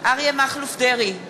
אריה מכלוף דרעי,